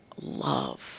love